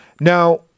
Now